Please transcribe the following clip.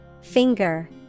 Finger